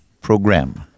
Program